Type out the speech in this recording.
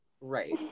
right